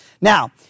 Now